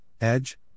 Edge